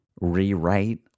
rewrite